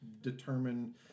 determine